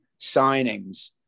signings